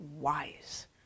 wise